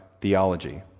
theology